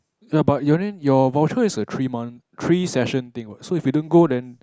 ya but your then your voucher is a three month three session thing what so if you don't go then